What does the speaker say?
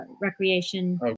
Recreation